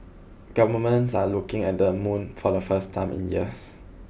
governments are looking at the moon for the first time in years